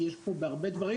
כי יש פה בהרבה דברים.